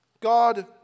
God